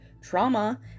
trauma